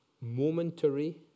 momentary